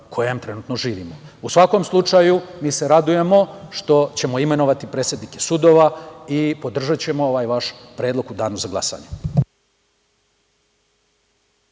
u kom trenutno živimo.U svakom slučaju, mi se radujemo što ćemo imenovati predsednike sudova i podržaćemo ovaj vaš predlog u danu za glasanje.